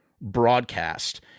broadcast